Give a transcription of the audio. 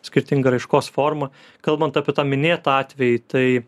skirtinga raiškos forma kalbant apie tą minėtą atvejį tai